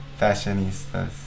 fashionistas